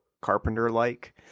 Carpenter-like